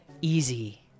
easy